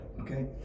Okay